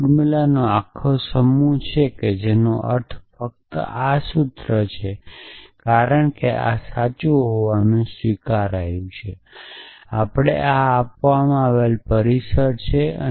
જો ફોર્મુલાનો આ આખો સમૂહ જેનો અર્થ ફક્ત આ સૂત્ર છે કારણ કે આ સાચું હોવાનું સ્વીકાર્યું છે આ આપણને આપવામાં આવેલું પરિસર છે